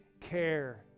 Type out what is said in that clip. care